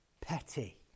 petty